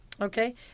Okay